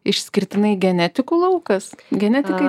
išskirtinai genetikų laukas genetikai